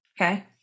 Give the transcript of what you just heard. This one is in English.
okay